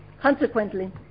Consequently